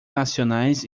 nacionais